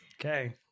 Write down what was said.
Okay